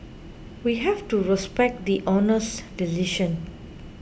we have to respect the Honour's decision